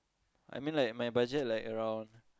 I mean like my budget like around